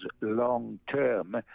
long-term